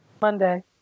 Monday